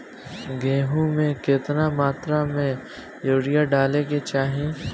गेहूँ में केतना मात्रा में यूरिया डाले के चाही?